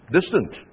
distant